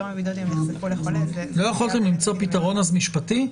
לא יכולתם למצוא פתרון משפטי?